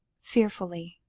fearfully.